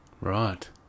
Right